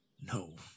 No